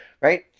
Right